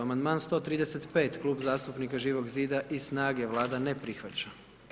Amandman 135., Klub zastupnika Živog zida i Snage, Vlada ne prihvaća.